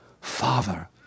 Father